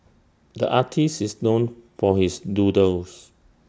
the artist is known for his doodles